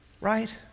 Right